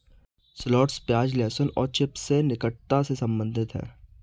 shallots प्याज, लहसुन और चिव्स से निकटता से संबंधित है